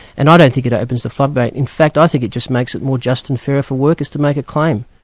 and i don't think it opens the floodgate. in fact i think it just makes it more just and fairer for workers to make a claim.